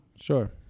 Sure